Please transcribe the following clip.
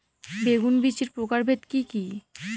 বেগুন বীজের প্রকারভেদ কি কী?